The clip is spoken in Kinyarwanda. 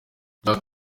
jack